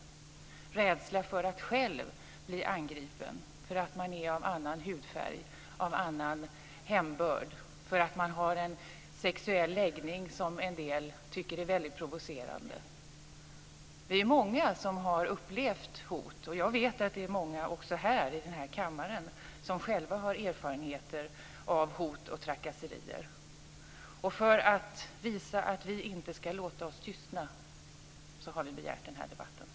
Det handlar om rädsla för att man själv ska bli angripen för att man är av annan hudfärg, av annan börd eller har en sexuell läggning som en del tycker är provocerande. Vi är många som har upplevt hot. Jag vet att det också är många i den här kammaren som själva har erfarenheter av hot och trakasserier. För att visa att vi inte låter oss tystas har vi begärt den här debatten.